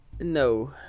No